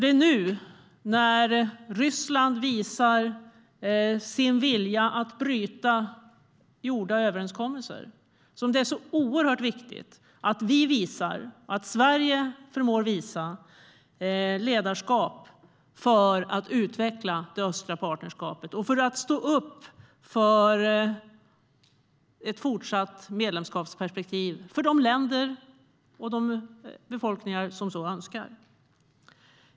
Det är nu när Ryssland visar sin vilja att bryta gjorda överenskommelser som det är oerhört viktigt att vi visar och att Sverige förmår att visa ledarskap för att utveckla det östra partnerskapet och för att stå upp för ett fortsatt medlemskapsperspektiv för de länder och de befolkningar som så önskar.